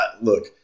look